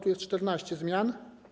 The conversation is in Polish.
Tu jest 14 zmian.